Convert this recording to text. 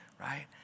right